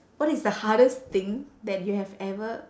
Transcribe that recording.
what is the hardest thing that you have ever